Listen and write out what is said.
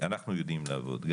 אנחנו יודעים לעבוד,